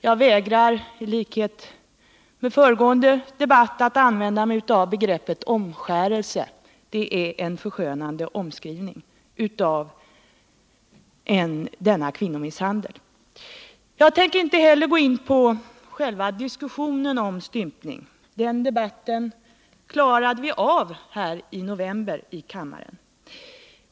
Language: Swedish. Jag vägrar nu liksom i den föregående debatten att använda begreppet omskärelse. Det är en förskönande omskrivning av denna kvinnomisshandel. Jag tänker inte heller gå in på själva diskussionen om stympning. Den debatten klarade vi av i november här i kammaren.